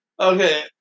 Okay